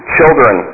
Children